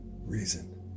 Reason